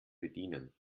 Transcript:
bedienen